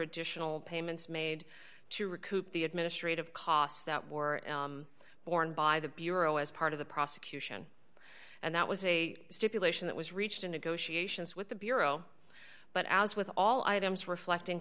additional payments made to recoup the administrative costs that were borne by the bureau as part of the prosecution and that was a stipulation that was reached in negotiations with the bureau but as with all items reflecting